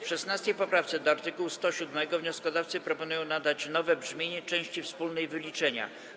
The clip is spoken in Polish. W 16. poprawce do art. 107 wnioskodawcy proponują nadać nowe brzmienie części wspólnej wyliczenia.